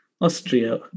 Austria